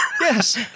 Yes